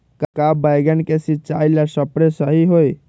का बैगन के सिचाई ला सप्रे सही होई?